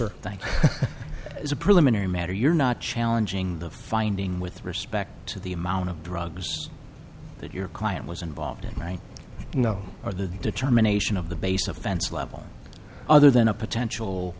you as a preliminary matter you're not challenging the finding with respect to the amount of drugs that your client was involved in one you know or the determination of the base offense level other than a potential